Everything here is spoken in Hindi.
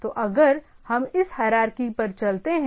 तो अगर हम इस हायरारकी पर चलते हैं